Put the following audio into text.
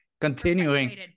continuing